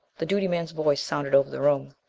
the duty man's voice sounded over the room.